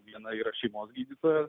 viena yra šeimos gydytojas